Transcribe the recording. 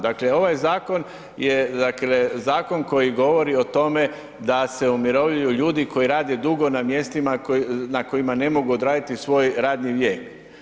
Dakle, ovaj zakon dakle zakon koji govori o tome da se umirovljuju ljudi koji rade dugo na mjestima na kojima ne mogu odraditi svoj radni vijek.